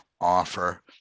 offer